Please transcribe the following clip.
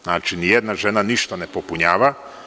Znači, nijedna žena ništa ne popunjava.